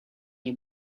you